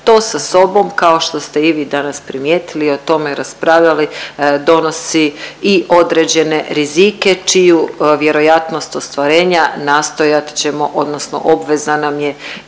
To sa sobom kao što ste i vi danas primijetili i o tome raspravljali donosi i određene rizike čiju vjerojatnost ostvarenja nastojat ćemo, odnosno obveza nam je